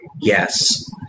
yes